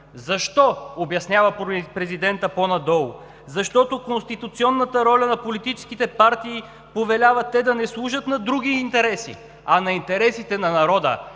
Защо – обяснява президентът по-надолу: „защото конституционната роля на политическите партии повелява те да не служат на други интереси, а на интересите на народа“!